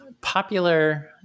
popular